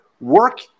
work